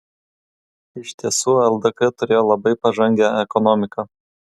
iš tiesų ldk turėjo labai pažangią ekonomiką